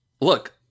Look